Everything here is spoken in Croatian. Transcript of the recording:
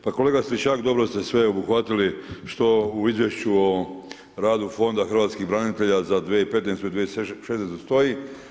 Pa kolega Stričak dobro ste sve obuhvatili što u izvješću o radu Fonda hrvatskih branitelja za 2015. i 2016. stoji.